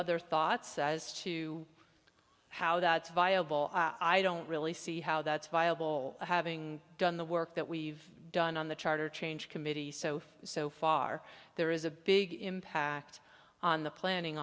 other thoughts as to how that viable i don't really see how that's viable having done the work that we've done on the charter change committee so so far there is a big impact on the planning